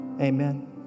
Amen